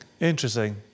interesting